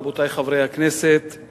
רבותי חברי הכנסת,